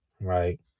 right